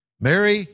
Mary